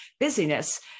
busyness